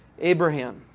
Abraham